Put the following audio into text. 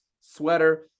sweater